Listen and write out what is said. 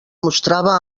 mostrava